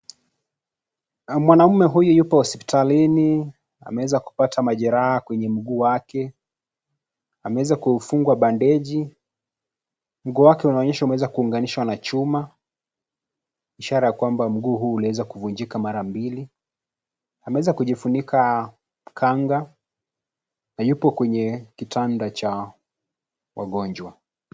Mwanaume huyu yupo hospitalini ameweza kupata majeraha kwenye mguu wake. Ameweza kufungwa bendeji. Mguu wake unaonyesha umeweza kuunganishwa na chuma, ishara ya kwamba mguu huu uliweza kuvunjika mara mbili. Ameweza kujifunika kanga na yupo kwenye kitanda cha wagonjwa.